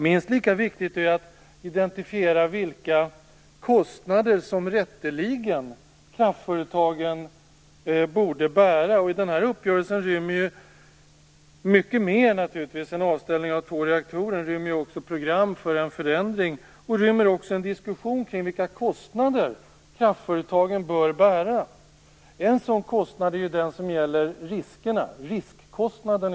Minst lika viktigt är att identifiera vilka kostnader som kraftföretagen rätteligen borde bära. Denna uppgörelse rymmer naturligtvis mycket mer än avställning av två reaktorer. Den rymmer också program för en förändring, och den rymmer också en diskussion kring vilka kostnader kraftföretagen bör bära. En sådan kostnad är den som gäller riskerna - riskkostnaden.